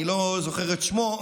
אני לא זוכר את שמו,